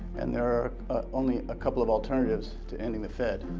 and there are only a couple of alternatives to ending the fed.